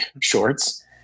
shorts